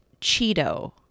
Cheeto